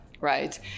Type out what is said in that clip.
right